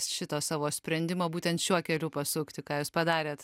šito savo sprendimo būtent šiuo keliu pasukti ką jūs padarėt